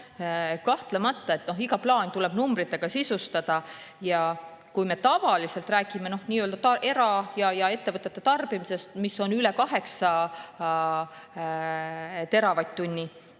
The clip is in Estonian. Kahtlemata, iga plaan tuleb numbritega sisustada. Kui me tavaliselt räägime era‑ ja ettevõtete tarbimisest, mis on üle 8 teravatt-tunni,